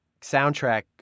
soundtrack